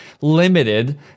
limited